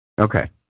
Okay